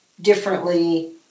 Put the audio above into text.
differently